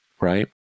Right